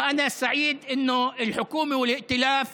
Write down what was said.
ואני שמח שהממשלה והקואליציה